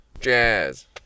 jazz